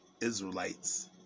Israelites